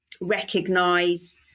recognize